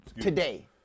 Today